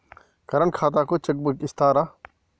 Current ఖాతాకు cheque book ఇత్తరా?